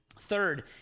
Third